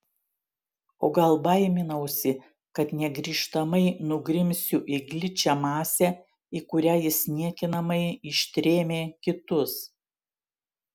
o gal baiminausi kad negrįžtamai nugrimsiu į gličią masę į kurią jis niekinamai ištrėmė kitus